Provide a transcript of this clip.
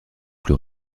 plus